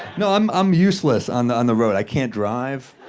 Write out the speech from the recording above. no, i'm um useless on the and road. i can't drive.